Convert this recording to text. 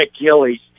Achilles